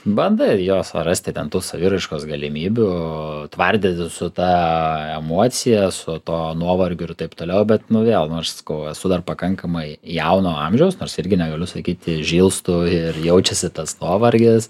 bandai ir jo surasti ten tų saviraiškos galimybių tvardytis su ta emocija su tuo nuovargiu ir taip toliau bet nu vėl nu aš sakau esu dar pakankamai jauno amžiaus nors irgi negaliu sakyti žilstu ir jaučiasi tas nuovargis